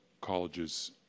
colleges